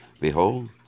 Behold